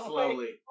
Slowly